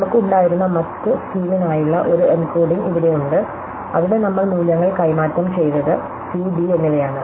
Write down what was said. നമുക്ക് ഉണ്ടായിരുന്ന മറ്റ് സ്കീമിനായുള്ള ഒരു എൻകോഡിംഗ് ഇവിടെയുണ്ട് അവിടെ നമ്മൾ മൂല്യങ്ങൾ കൈമാറ്റം ചെയ്തത് c d എന്നിവയാണ്